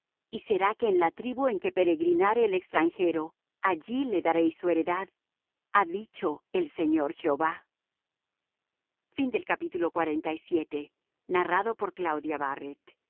y será que en la tribu en que peregrinare el extranjero allí le daréis su heredad ha dicho el señor jehová y